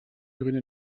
grüne